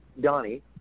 Donnie